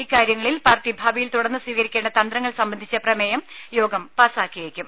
ഇക്കാര്യങ്ങളിൽ party ഭാവിയിൽ തുടർന്ന് സ്വീകരിക്കേണ്ട തന്ത്രങ്ങൾ സംബന്ധിച്ച പ്രമേയം യോഗം പാസ്സാക്കിയേക്കും